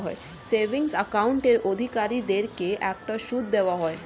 savings অ্যাকাউন্টের অধিকারীদেরকে একটা সুদ দেওয়া হয়